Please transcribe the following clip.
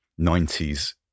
90s